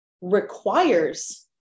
requires